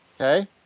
okay